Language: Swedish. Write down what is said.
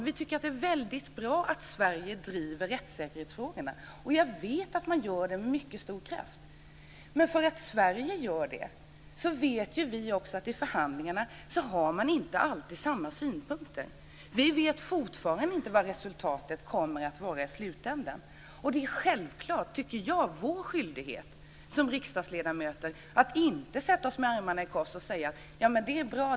Vi tycker att det är väldigt bra att Sverige driver rättssäkerhetsfrågorna. Jag vet att Sverige gör det med mycket stor kraft. Men det räcker inte med att Sverige gör det. Vi vet att man vid förhandlingarna inte alltid har samma synpunkter. Vi vet fortfarandet inte vad resultatet kommer att vara i slutänden. Det är självklart vår skyldighet som riksdagsledamöter att inte sätta oss med armarna i kors och säga: Det är bra.